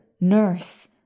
nurse